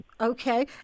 Okay